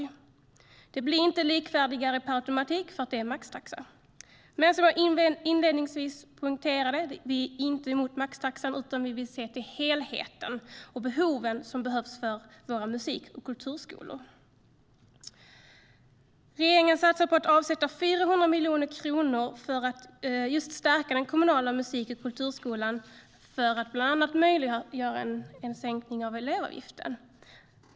Det blir inte likvärdigare per automatik för att det är maxtaxa. Men som jag inledningsvis poängterade är vi inte emot maxtaxan, utan vi vill se till helheten och behoven hos våra musik och kulturskolor. Regeringen satsar på att avsätta 400 miljoner kronor för att stärka den kommunala musik och kulturskolan och bland annat möjliggöra en sänkning av elevavgiften.